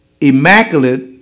Immaculate